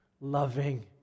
loving